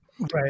right